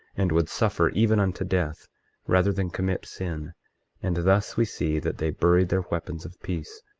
and would suffer even unto death rather than commit sin and thus we see that they buried their weapons of peace,